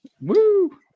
Woo